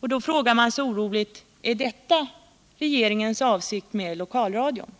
Då frågar man sig oroligt: Är detta regeringens avsikt med lokalradion?